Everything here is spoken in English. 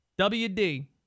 WD